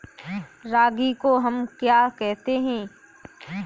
रागी को हम क्या कहते हैं?